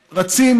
שרצים,